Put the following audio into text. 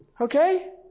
Okay